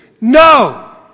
no